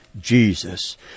jesus